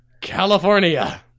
California